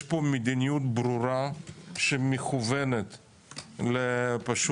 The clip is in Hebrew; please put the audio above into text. יש פה מדיניות ברורה שמכוונת לדחות,